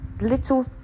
little